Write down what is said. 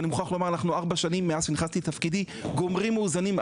ואני מוכרח לומר שארבע שנים מאז שנכנסתי לתפקידי אנחנו גומרים מאוזנים,